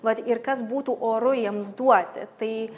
vat ir kas būtų oru jiems duoti tai